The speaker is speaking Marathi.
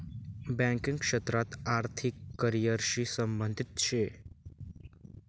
बँकिंग क्षेत्र आर्थिक करिअर शी संबंधित शे